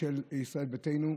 של ישראל ביתנו.